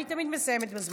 אני תמיד מסיימת בזמן,